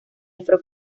afro